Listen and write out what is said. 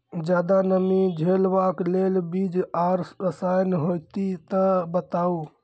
ज्यादा नमी के झेलवाक लेल बीज आर रसायन होति तऽ बताऊ?